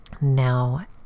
Now